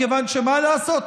מכיוון שמה לעשות,